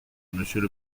monsieur